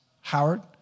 Howard